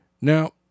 Now